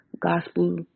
gospel